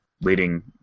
leading